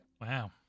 wow